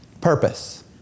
purpose